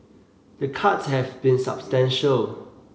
the cuts have been substantial